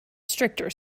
stricter